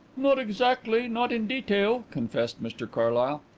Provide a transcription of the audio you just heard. not exactly not in detail, confessed mr carlyle.